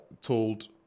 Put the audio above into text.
told